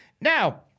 Now